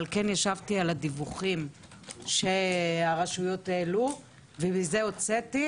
אבל כן ישבתי על הדיווחים שהרשויות העלו ומזה הוצאתי.